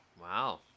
wow